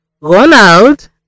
Ronald